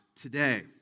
today